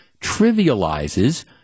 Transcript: trivializes